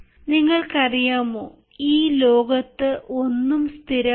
നിങ്ങൾക്കറിയാമോ ഈ ലോകത്തു ഒന്നും സ്ഥിരമല്ല